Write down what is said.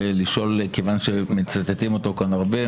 כיוון שמצטטים אותו כאן הרבה,